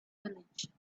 village